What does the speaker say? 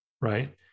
Right